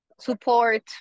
support